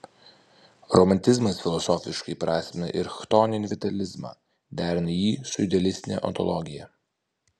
romantizmas filosofiškai įprasmina ir chtoninį vitalizmą derina jį su idealistine ontologija